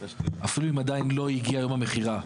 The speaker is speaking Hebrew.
אפילו אם עדיין לא הגיע יום המכירה,